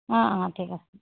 হা ঠিক আছে